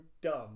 dumb